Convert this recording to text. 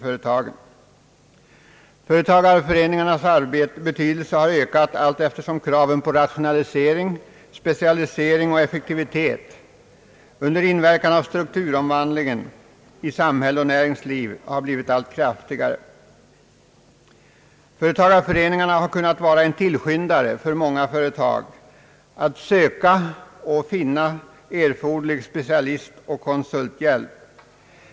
Betydelsen av företagareföreningarnas arbete har ökat allteftersom kraven på rationalisering, specialisering och effektivitet under inverkan av strukturomvandlingen i samhälle och näringsliv blivit allt kraftigare. Företagareföreningarna har kunnat vara en tillskyndare för många företag att söka och finna erforderlig specialistoch konsulthjälp.